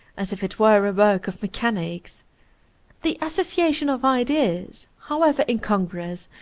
as if it were a work of mechanics the association of ideas, however incongruous,